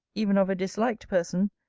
even of a disliked person,